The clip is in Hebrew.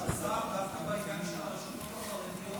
בעניין של הרשתות החרדיות ליאור